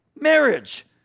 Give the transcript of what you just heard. marriage